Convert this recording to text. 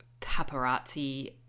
paparazzi